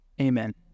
amen